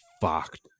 fucked